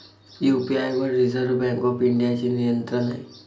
UPI वर reserve bank of इंडियाचे नियंत्रण आहे